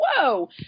whoa